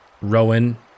Rowan